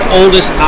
oldest